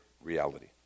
reality